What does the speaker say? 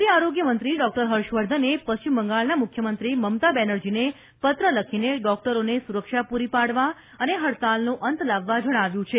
કેન્દ્રીય આરોગ્યમંત્રી ડોક્ટર હર્ષવર્ધને પશ્ચિમ બંગાળના મુખ્યમંત્રી મમતા બેનરજીને પત્ર લખીને ડોકટરોને સુરક્ષા પૂરી પાડવા અને હડતાળનો અંત લાવવા જણાવ્યું છે